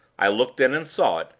i looked in and saw it,